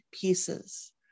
pieces